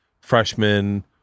freshman